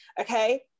okay